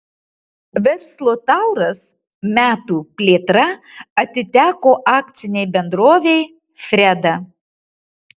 verslo tauras metų plėtra atiteko akcinei bendrovei freda